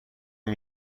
این